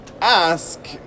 ask